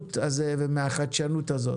מהשרות הזה ומהחדשנות הזאת.